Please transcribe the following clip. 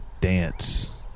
dance